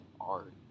art